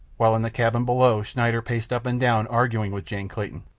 while in the cabin below schneider paced up and down arguing with jane clayton.